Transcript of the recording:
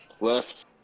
Left